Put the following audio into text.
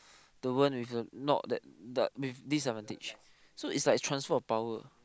the one with the not that the disadvantage so is like transfer of power